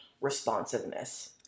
responsiveness